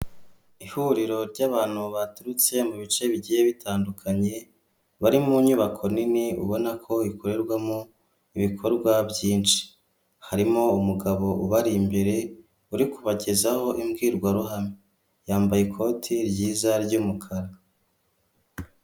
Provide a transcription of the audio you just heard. Ihuriro ry'abantu baturutse mu bice bigiye bitandukanye, bari mu nyubako nini ubona ko ikorerwamo ibikorwa byinshi. Harimo umugabo ubari imbere uri kubagezaho imbwirwaruhame yambaye ikoti ryiza ry'umukara.